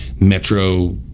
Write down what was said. metro